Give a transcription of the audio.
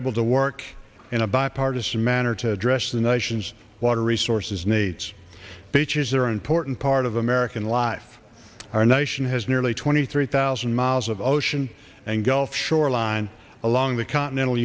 able to work in a bipartisan manner to address the nation's water resources needs bitches are important part of american life our nation has nearly twenty three thousand miles of ocean and gulf shoreline along the continental